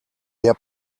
der